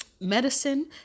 medicine